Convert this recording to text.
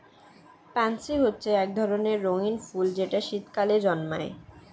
pansy হচ্ছে এক ধরনের রঙিন ফুল যেটা শীতকালে জন্মায়